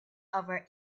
over